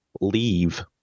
leave